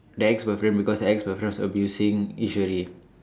the ex boyfriend because the ex boyfriend was abusing Eswari